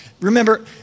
Remember